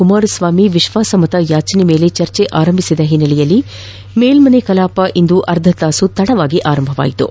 ಕುಮಾರಸ್ವಾಮಿ ವಿಶ್ವಾಸಮತಯಾಚನೆ ಮೇಲೆ ಚರ್ಚೆ ಆರಂಭಿಸಿರುವ ಹಿನ್ನಲೆಯಲ್ಲಿ ಮೇಲ್ಮೆನೆ ಕಲಾಪ ಅರ್ಧತಾಸು ತಡವಾಗಿ ಆರಂಭವಾಯಿತು